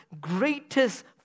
greatest